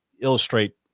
illustrate